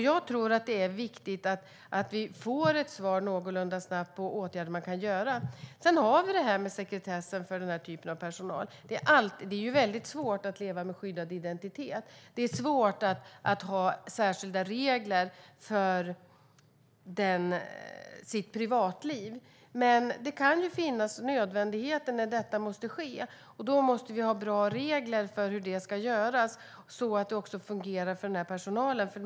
Jag tror att det är viktigt att vi någorlunda snabbt får svar om vilka åtgärder som man kan jobba med. Sedan har vi detta med sekretessen för denna typ av personal. Det är väldigt svårt att leva med skyddad identitet. Det är svårt för en människa att ha särskilda regler för sitt privatliv, men det kan finnas situationer där detta är nödvändigt. Då måste vi ha bra regler, så att det också fungerar för personalen.